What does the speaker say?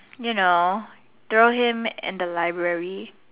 you know throw him in the library